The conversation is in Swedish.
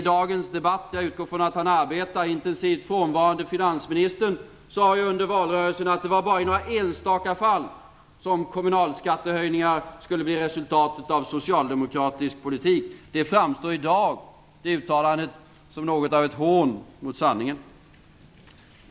jag utgår ifrån att han arbetar intensivt - sade under valrörelsen att det var bara i några enstaka fall som kommunalskattehöjningar skulle bli resultatet av socialdemokratisk politik. Det uttalandet framstår i dag som något av ett hån mot sanningen.